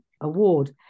award